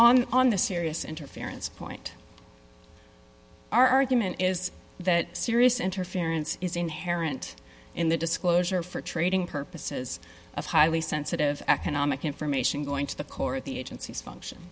on on the serious interference point argument is that serious interference is inherent in the disclosure for trading purposes of highly sensitive economic information going to the core of the agency's function